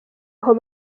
aho